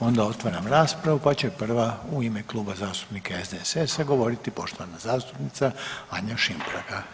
Onda otvaram raspravu, pa će prva u ime Kluba zastupnika SDSS-a govoriti poštovana zastupnica Anja Šimpraga.